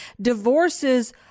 divorces